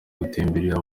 gutemberera